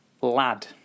Lad